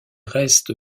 reste